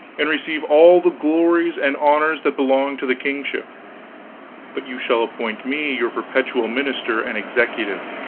and receive all the glories and honors that belong to the kingship but you shall appoint me your perpetual minister and executive,